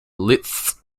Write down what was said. liszt